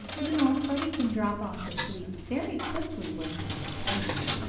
you know freddie can drop off to sleep very quickly when he gets tired.